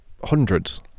Hundreds